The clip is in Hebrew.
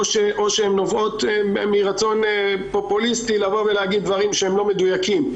או שהן נובעות מרצון פופוליסטי להגיד דברים שהם לא מדויקים.